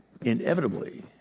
inevitably